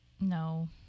No